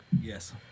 Yes